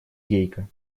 гейка